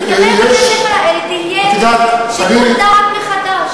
אז לגבי בתי-הספר האלה, שיהיה שיקול דעת מחדש.